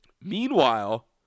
meanwhile